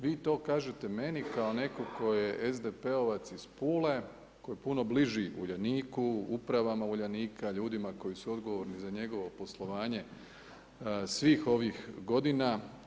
Vi to kažete meni kao netko tko je SDP-ovac iz Pule koji je puno bliži Uljaniku, upravama Uljanika, ljudima koji su odgovorni za njegovo poslovanje svih ovih godina.